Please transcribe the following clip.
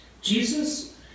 Jesus